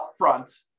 upfront